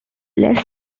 less